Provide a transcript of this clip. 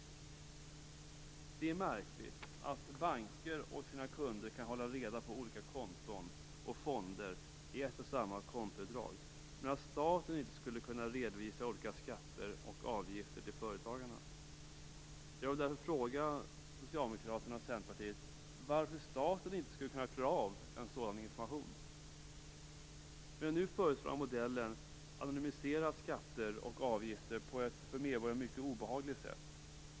Det är märkligt att banker kan hålla reda på olika konton och fonder i ett och samma kontoutdrag åt sina kunder men att staten inte skulle kunna redovisa olika skatter och avgifter till företagarna. Jag vill därför fråga Socialdemokraterna och Centerpartiet varför staten inte skulle kunna klara av en sådan information. Med den nu föreslagna modellen anonymiseras skatter och avgifter på ett för medborgaren mycket obehagligt sätt.